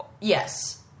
Yes